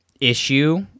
issue